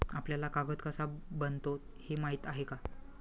आपल्याला कागद कसा बनतो हे माहीत आहे का?